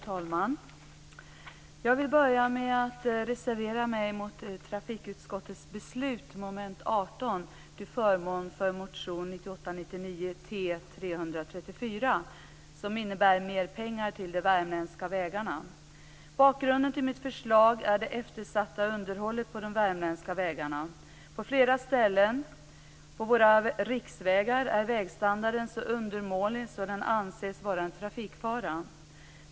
Fru talman! Jag vill börja med att reservera mig mot trafikutskottets beslut under mom. 18 till förmån för motion 1998/99:T334, som innebär mer pengar till de värmländska vägarna. Bakgrunden till mitt förslag är det eftersatta underhållet på de värmländska vägarna. På flera ställen på våra riksvägar är vägstandarden så undermålig att den anses vara en trafikfara.